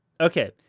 okay